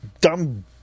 dumb